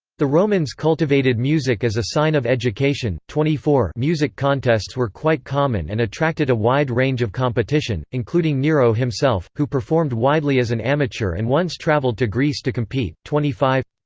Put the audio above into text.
the romans cultivated music as a sign of education. twenty four music contests were quite common and attracted a wide range of competition, including nero himself, who performed widely as an amateur and once traveled to greece to compete. twenty five